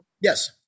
Yes